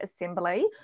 assembly